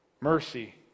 Mercy